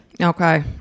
Okay